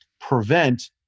prevent